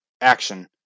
action